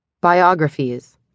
Biographies